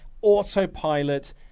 autopilot